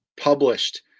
published